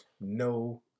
no